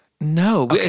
No